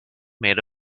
made